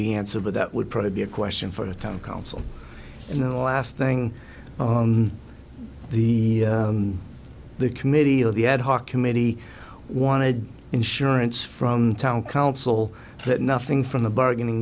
the answer to that would probably be a question for the town council in the last thing the committee of the ad hoc committee wanted insurance from town council but nothing from the bargaining